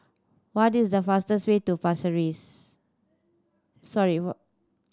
what is the fastest way to